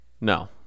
No